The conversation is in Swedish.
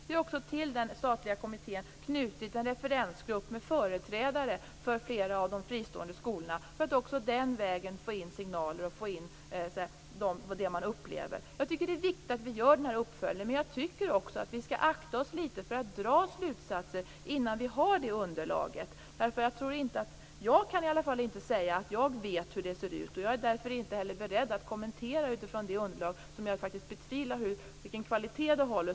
Vi har också till den statliga kommittén knutit en referensgrupp med företrädare för flera av de fristående skolorna, för att också den vägen få in signaler om det man upplever. Jag tycker att det är viktigt att vi gör denna uppföljning, men jag tycker också att vi skall akta oss litet för att dra slutsatser innan vi har det underlaget. Jag kan i alla fall inte säga att jag vet hur det ser ut. Jag är därför inte heller beredd att kommentera utifrån det underlag som Andreas Carlgren och Ulf Melin grundar sina slutsatser på.